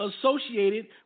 associated